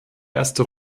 ersten